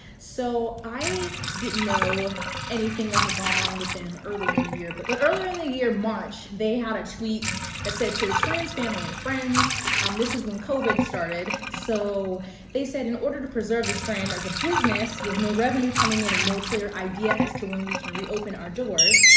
so, i didn't know anything that had gone on with them earlier in the year but but earlier in the year, march, they had a tweet that said to the strand's family and friends um this is when covid started, so they said in order to preserve the strand as a business with no revenue coming in and no clear idea as to when we can reopen our doors,